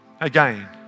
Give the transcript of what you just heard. Again